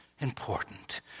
important